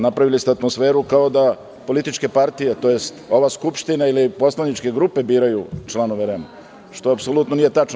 Napravili ste atmosferu kao da političke partije, tj. ova Skupština ili poslaničke grupe biraju članove REM-a, što apsolutno nije tačno.